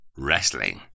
Wrestling